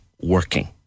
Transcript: working